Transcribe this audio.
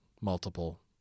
multiple